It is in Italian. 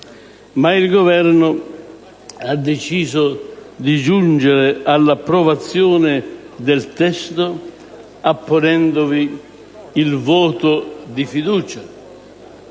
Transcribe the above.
Ma il Governo ha deciso di giungere all'approvazione del testo apponendovi il voto di fiducia